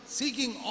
seeking